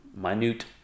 minute